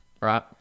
Right